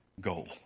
goal